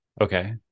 Okay